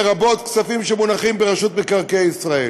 לרבות כספים שמונחים ברשות מקרקעי ישראל.